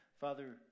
Father